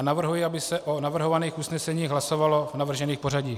Navrhuji, aby se o navrhovaných usneseních hlasovalo v navrženém pořadí.